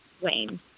Wayne